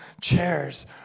chairs